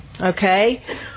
Okay